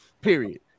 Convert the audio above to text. period